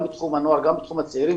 גם בתחום הנוער וגם בתחום הצעירים.